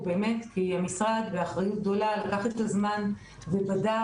הוא באמת כי המשרד באחריות גדולה לקח את הזמן ובדק